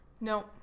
no